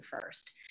first